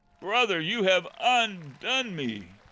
brother, you have undone me.